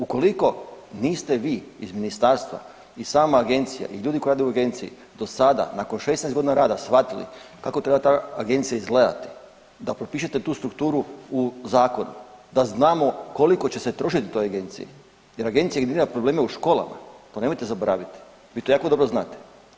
Ukoliko niste vi iz ministarstva i sama agencija i ljudi koji rade u agenciji do sada nakon 16.g. rada shvatili kako treba ta agencija izgledati, da propišete tu strukturu u zakone da znamo koliko će se trošit u toj agenciji jer agencija ima probleme u školama, to nemojte zaboraviti, vi to jako dobro znate.